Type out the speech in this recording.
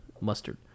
mustard